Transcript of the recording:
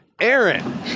Aaron